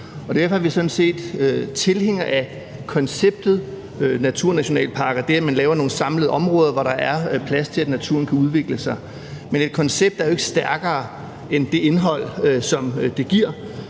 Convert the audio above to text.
derfor er vi sådan set tilhængere af konceptet naturnationalparker, det, at man laver nogle samlede områder, hvor der er plads til, at naturen kan udvikle sig. Men et koncept er jo ikke stærkere end det indhold, som det giver,